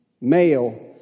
male